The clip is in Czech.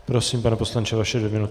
Prosím, pane poslanče, vaše dvě minuty.